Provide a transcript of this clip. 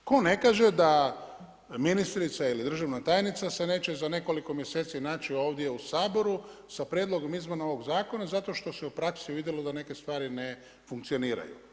Tko ne kaže da ministrica ili državna tajnica se neće za nekoliko mjeseci naći ovdje u Saboru sa prijedlogom izmjene ovoga zakona zato što se u praksi vidjelo da neke stvari ne funkcioniraju.